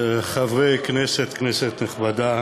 כנסת נכבדה,